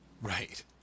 Right